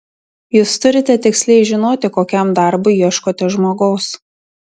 jūs turite tiksliai žinoti kokiam darbui ieškote žmogaus